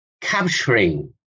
capturing